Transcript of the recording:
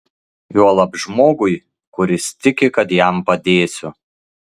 juolab žmogui kuris tiki kad jam padėsiu